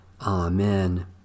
Amen